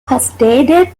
hosted